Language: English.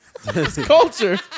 Culture